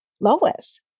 Lois